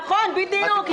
נכון, בדיוק.